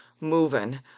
moving